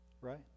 right